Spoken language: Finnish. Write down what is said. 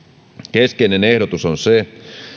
keskeinen ehdotus on se